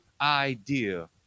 idea